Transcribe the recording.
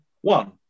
One